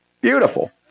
Beautiful